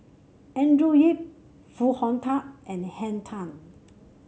Andrew Yip Foo Hong Tatt and Henn Tan